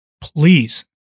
please